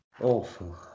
Awful